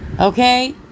Okay